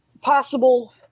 possible